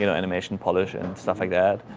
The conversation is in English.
you know animation polish and stuff like that.